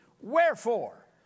wherefore